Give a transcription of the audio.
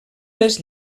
les